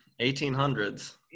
1800s